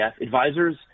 Advisors